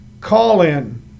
call-in